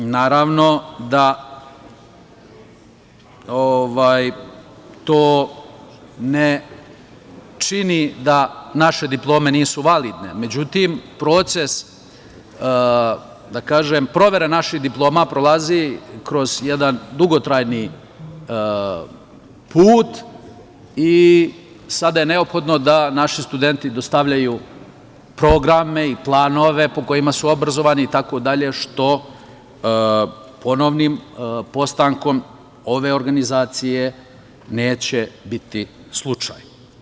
Naravno da to ne čini da naše diplome nisu validne, međutim, proces provere naših diploma prolazi kroz jedan dugotrajni put i sada je neophodno da naši studenti dostavljaju programe i planove po kojima su obrazovani itd, što ponovnim postankom ove organizacije neće biti slučaj.